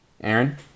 Aaron